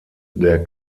der